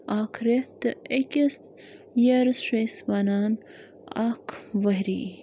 اَکھ رٮ۪تھ تہٕ أکِس ییٲرَس چھِ أسۍ وَنان اکھ ؤہری